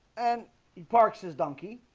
and he parks his donkey.